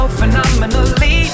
phenomenally